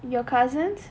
your cousin's